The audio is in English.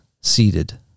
seated